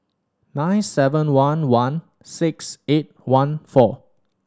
nine seven one one six eight one four